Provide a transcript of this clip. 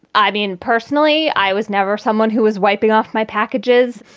i mean, personally, i was never someone who was wiping off my packages.